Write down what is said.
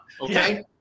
okay